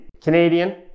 canadian